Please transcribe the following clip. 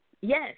Yes